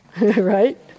Right